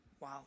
Wow